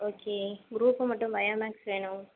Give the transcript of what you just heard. okay group மட்டும் bio max வேணும்